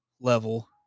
level